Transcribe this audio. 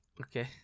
Okay